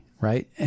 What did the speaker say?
right